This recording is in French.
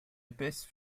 épaisse